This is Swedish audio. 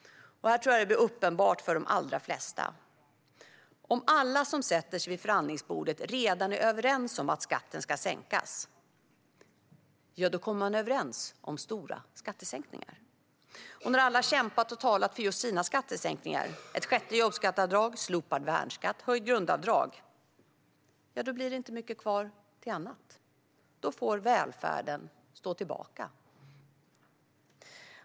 Här tror jag att det blir uppenbart för de allra flesta: Om alla som sätter sig vid förhandlingsbordet redan är överens om att skatten ska sänkas kommer de också att komma överens om stora skattesänkningar. När alla har kämpat och talat för just sina skattesänkningar - ett sjätte jobbskatteavdrag, slopad värnskatt eller höjt grundavdrag - blir det inte mycket kvar till annat. Då får välfärden stå tillbaka.